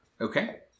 Okay